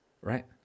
right